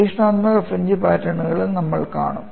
പരീക്ഷണാത്മക ഫ്രിഞ്ച് പാറ്റേണും നമ്മൾ കാണും